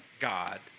God